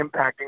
impacting